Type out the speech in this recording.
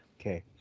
Okay